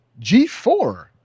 G4